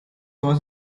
was